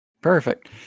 Perfect